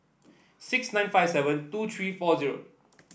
six nine five seven two three four zero